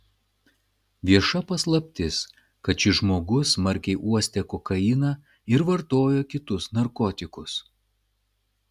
vieša paslaptis kad šis žmogus smarkiai uostė kokainą ir vartojo kitus narkotikus